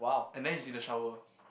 and then he's in the shower